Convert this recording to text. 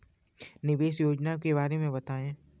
निवेश योजना के बारे में बताएँ?